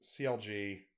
CLG